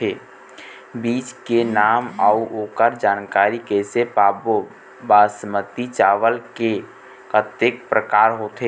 बीज के नाम अऊ ओकर जानकारी कैसे पाबो बासमती चावल के कतेक प्रकार होथे?